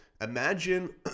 imagine